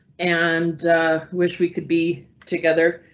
and wish we could be together.